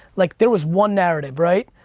like there was one narrative, right?